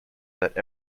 that